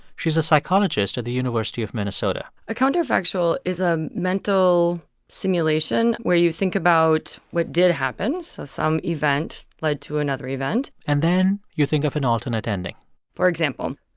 she's a psychologist at the university of minnesota a counterfactual is a mental simulation where you think about what did happen so some event led to another event and then, you think of an alternate ending for example,